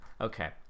okay